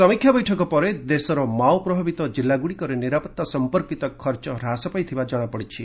ସମୀକ୍ଷା ବୈଠକ ପରେ ଦେଶର ମାଓ ପ୍ରଭାବିତ ଜିଲ୍ଲାଗୁଡ଼ିକରେ ନିରାପତ୍ତା ସଂପର୍କିତ ଖର୍ଚ୍ଚ ହ୍ରାସ ପାଇଥିବା କ୍ଷଣାପଡ଼ିଛି